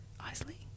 Isley